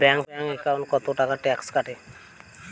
Bank একাউন্টত কতো টাকা ট্যাক্স কাটে?